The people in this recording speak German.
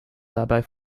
dabei